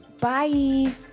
Bye